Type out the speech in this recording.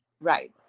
Right